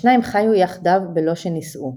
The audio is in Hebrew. השניים חיו יחדיו בלא שנישאו.